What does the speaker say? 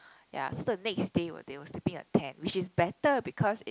ya so the next day they were sleeping in the tent which is better because it's